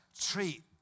treat